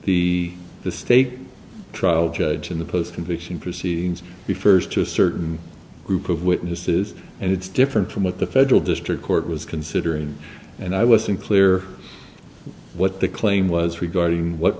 the the stake trial judge in the post conviction proceedings the first to a certain group of witnesses and it's different from what the federal district court was considering and i was unclear what the claim was regarding what